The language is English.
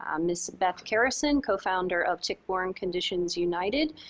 um ms. beth carrison, co-founder of tick-borne conditions united,